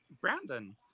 Brandon